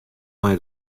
mei